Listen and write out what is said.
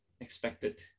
expected